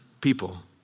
people